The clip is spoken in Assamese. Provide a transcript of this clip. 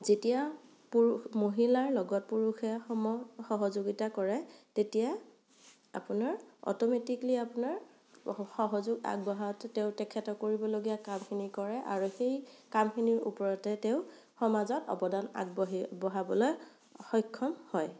যেতিয়া পুৰু মহিলাৰ লগত পুৰুষে সম সহযোগিতা কৰে তেতিয়া আপোনাৰ অটমেটিকেলী আপোনাৰ সহযোগ আগবঢ়াওঁতে তেওঁৰ তেখেতৰ কৰিবলগীয়া কামখিনি কৰে আৰু সেই কামখিনিৰ ওপৰতে তেওঁ সমাজত অৱদান আগবঢ়ি বাঢ়ি বঢ়ালৈ সক্ষম হয়